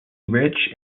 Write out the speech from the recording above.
rich